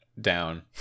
down